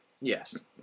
Yes